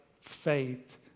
faith